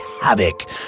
havoc